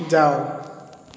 ଯାଅ